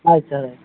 ಆಯ್ತು ಸರ್ ಆಯ್ತು